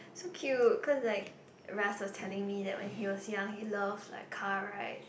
so cute cause like Ras telling me that when he was young he loves like car rides